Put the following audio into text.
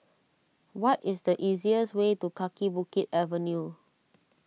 what is the easiest way to Kaki Bukit Avenue